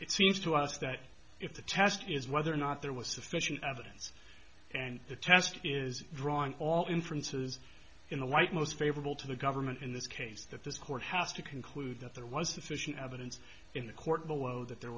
it seems to us that if the test is whether or not there was sufficient evidence and the test is drawing all inferences in the light most favorable to the government in this case that this court has to conclude that there was sufficient evidence in the court below that there